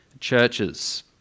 churches